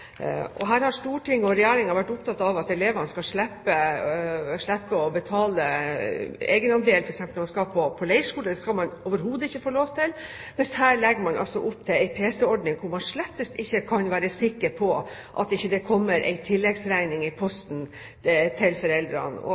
og Regjeringen har vært opptatt av at elevene skal slippe å betale egenandel f.eks. når de skal på leirskole. Det skal de overhodet ikke få lov til, mens man her altså legger opp til en pc-ordning der man slett ikke kan være sikker på at det ikke kommer en tilleggsregning i posten til foreldrene.